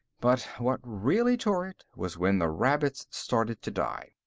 but what really tore it was when the rabbits started to die.